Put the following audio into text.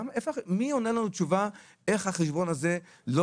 מי עונה לנו תשובה איך החשבון הזה לא